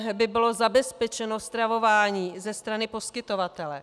Že by bylo zabezpečeno stravování ze strany poskytovatele.